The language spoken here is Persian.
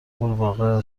غورباغه